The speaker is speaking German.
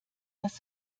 was